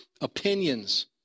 opinions